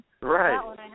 Right